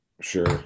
Sure